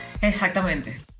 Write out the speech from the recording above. Exactamente